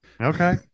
Okay